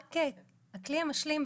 הכלי המשלים,